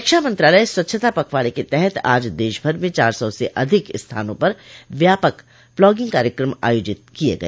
रक्षा मंत्रालय स्वच्छता पखवाड़े के तहत आज देशभर में चार सौ से अधिक स्थानों पर व्यापक प्लॉगिंग कार्यक्रम आयोजित किय गय